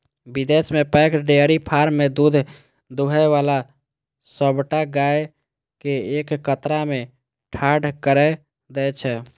विदेश मे पैघ डेयरी फार्म मे दूध दुहै बला सबटा गाय कें एक कतार मे ठाढ़ कैर दै छै